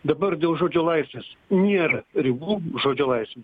dabar dėl žodžio laisvės nėra ribų žodžio laisvei